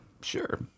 Sure